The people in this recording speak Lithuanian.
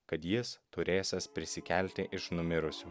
kad jis turėsiąs prisikelti iš numirusių